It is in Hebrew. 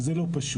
וזה לא פשוט.